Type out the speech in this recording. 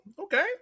Okay